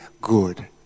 good